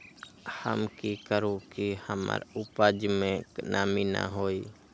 हम की करू की हमर उपज में नमी न होए?